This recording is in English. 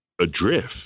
adrift